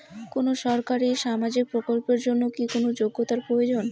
কোনো সরকারি সামাজিক প্রকল্পের জন্য কি কোনো যোগ্যতার প্রয়োজন?